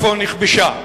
"יפו נכבשה",